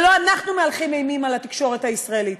ולא אנחנו מהלכים אימים על התקשורת הישראלית,